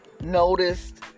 noticed